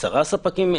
כ-10 ספקים.